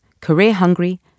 career-hungry